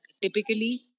typically